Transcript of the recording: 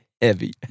heavy